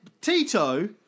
Tito